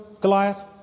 Goliath